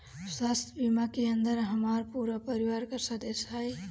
स्वास्थ्य बीमा के अंदर हमार पूरा परिवार का सदस्य आई?